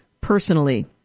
personally